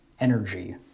energy